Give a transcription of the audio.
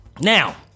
now